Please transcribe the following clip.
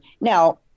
Now